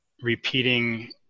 repeating